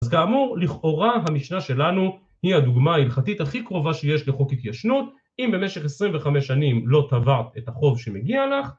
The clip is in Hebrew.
אז כאמור, לכאורה המשנה שלנו היא הדוגמה ההלכתית הכי קרובה שיש לחוק התיישנות אם במשך 25 שנים לא תבעת את החוב שמגיע לך